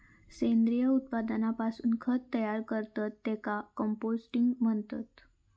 सेंद्रिय उत्पादनापासून खत तयार करतत त्येका कंपोस्टिंग म्हणतत